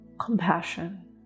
compassion